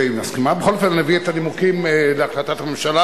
בכל אופן אביא את הנימוקים להחלטת הממשלה,